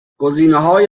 گزینههای